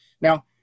Now